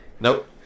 Nope